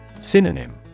Synonym